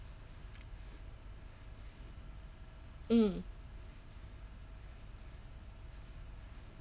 mm